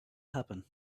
happen